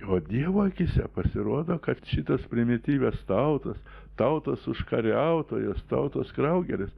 o dievo akyse pasirodo kad šitas primityvias tautas tautos užkariautojos tautos kraugerės